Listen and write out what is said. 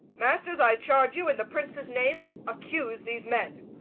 masters, i charge you, in the prince's name, accuse these men.